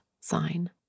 sign